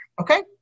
okay